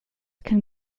can